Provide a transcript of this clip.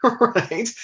right